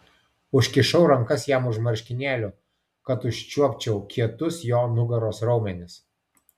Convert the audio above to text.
užkišau rankas jam už marškinėlių kad užčiuopčiau kietus jo nugaros raumenis